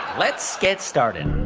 let's get started.